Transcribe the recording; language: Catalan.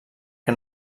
que